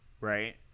right